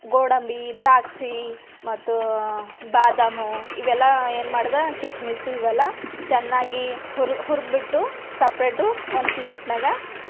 ಗೋಡಂಬಿ ದ್ರಾಕ್ಷಿ ಮತ್ತು ಬಾದಾಮು ಇವೆಲ್ಲ ಏನು ಮಾಡ್ದ ಕಿಸ್ಮಿಸ್ಸು ಇವೆಲ್ಲ ಚೆನ್ನಾಗಿ ಹುರಿ ಹುರಿದ್ಬಿಟ್ಟು ಸಪ್ರೇಟು ಒಂದು ಪ್ಲೇಟ್ನಾಗ